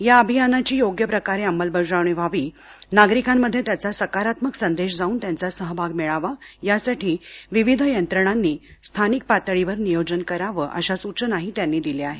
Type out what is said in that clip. या अभियानाची योग्य प्रकारे अंमलबजावणी व्हावी नागरिकांमध्ये त्याचा सकारात्मक संदेश जावून त्यांचा सहभाग मिळावा यासाठी विविध यंत्रणांनी स्थानिक पातळीवर नियोजन करावं अशा सूचनाही त्यांनी दिल्या आहेत